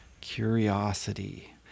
Curiosity